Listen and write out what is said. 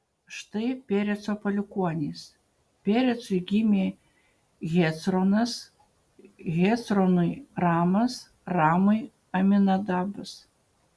štai pereco palikuonys perecui gimė hecronas hecronui ramas ramui aminadabas